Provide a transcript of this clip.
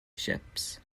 ships